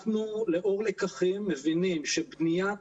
אנחנו לאור לקחים מבינים שבניית